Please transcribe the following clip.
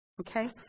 okay